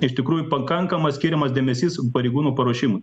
iš tikrųjų pakankamas skiriamas dėmesys pareigūnų paruošimui